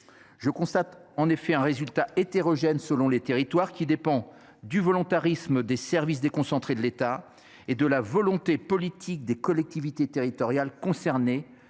Le résultat de ces bilans, hétérogène selon les territoires, dépend du volontarisme des services déconcentrés de l’État et de la volonté politique des collectivités territoriales concernées